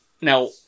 Now